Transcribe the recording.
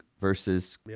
versus